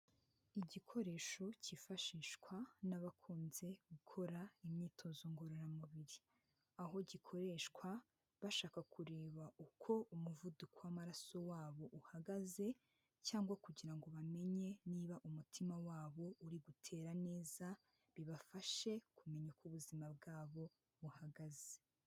Igikoresho kiifashishwa n'abakunze gukora imyitozo ngororamubiri, aho gikoreshwa bashaka kureba uko umuvuduko w'amaraso wabo uhagaze cyangwa kugira ngo bamenye niba umutima wabo uri gutera neza, bibafashe kumenya uko ubuzima bwabo buhagaze.